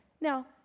Now